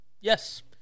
yes